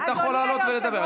היית יכול לעלות ולדבר.